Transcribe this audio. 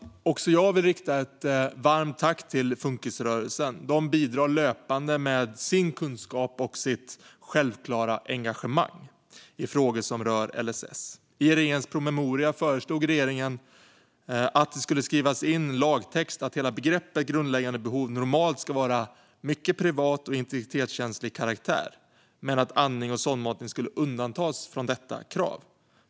Också jag vill rikta ett varmt tack till funkisrörelsen. De bidrar löpande med sin kunskap och sitt självklara engagemang i frågor som rör LSS. I regeringens promemoria föreslog regeringen att det skulle skrivas in i lagtexten att hela begreppet "grundläggande behov" normalt ska vara av mycket privat och integritetskänslig karaktär men att andning och sondmatning skulle undantas från detta krav.